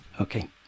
Okay